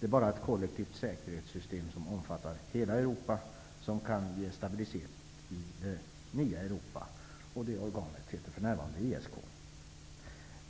Det är bara ett kollektivt säkerhetssystem som omfattar hela Europa som kan ge stabilitet i det nya Europa, och det organet heter för närvarande ESK.